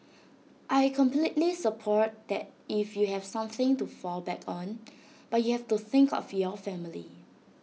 I completely support that if you have something to fall back on but you have to think of your family